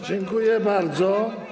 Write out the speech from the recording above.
Dziękuję bardzo.